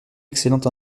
excellente